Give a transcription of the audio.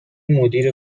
مدیر